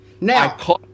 Now